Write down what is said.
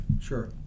sure